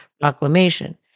Proclamation